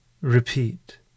Repeat